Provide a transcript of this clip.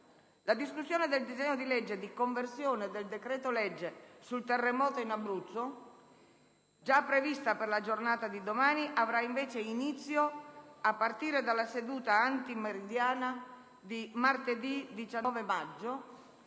La discussione del disegno di legge di conversione del decreto‑legge sul terremoto in Abruzzo, già prevista per la giornata di domani, avrà invece inizio a partire dalla seduta antimeridiana di martedì 19 maggio,